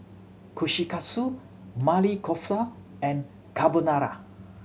Kushikatsu Maili Kofta and Carbonara